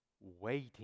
waiting